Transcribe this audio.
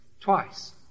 twice